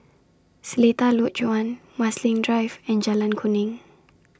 Seletar Lodge one Marsiling Drive and Jalan Kuning